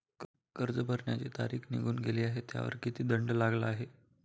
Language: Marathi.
कर्ज भरण्याची तारीख निघून गेली आहे त्यावर किती दंड लागला आहे?